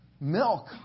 Milk